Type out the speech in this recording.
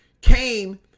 came